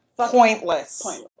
pointless